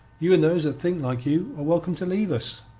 you and those that think like you are welcome to leave us.